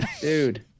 Dude